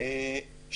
א.